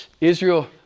Israel